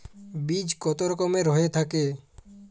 বীজ কত রকমের হয়ে থাকে?